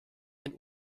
den